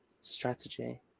strategy